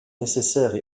nécessaires